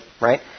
right